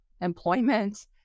employment